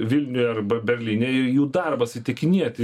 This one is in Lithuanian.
vilniuje arba berlyne ir jų darbas įtikinėti